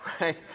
Right